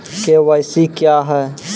KYC क्या हैं?